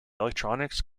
electronics